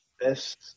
Best